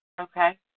Okay